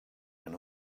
can